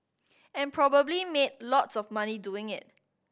and probably made lots of money doing it